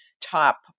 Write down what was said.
top